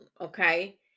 Okay